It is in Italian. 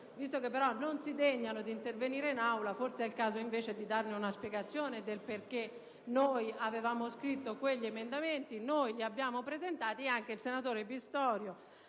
Visto però che non si degnano di intervenire in Aula, forse è il caso di dare una spiegazione del perché noi avevamo scritto quegli emendamenti e li abbiamo presentati, e anche i senatori Pistorio,